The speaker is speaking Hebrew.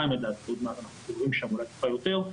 לפני שנתיים, אולי קצת יותר.